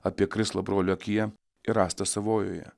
apie krislą brolio akyje ir rąstą savojoje